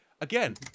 Again